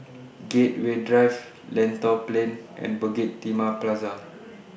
Gateway Drive Lentor Plain and Bukit Timah Plaza